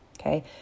Okay